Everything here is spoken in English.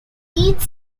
each